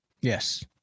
yes